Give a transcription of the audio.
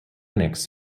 linux